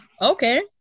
okay